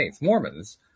Mormons